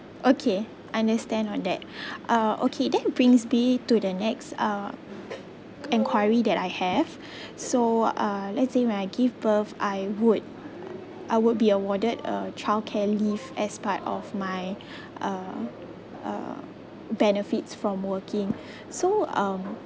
okay understand on that uh okay that brings me to the next uh enquiry that I have so uh let's say when I give birth I would I would be awarded uh childcare leave as part of my uh uh benefits from working so um